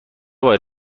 باید